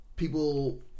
People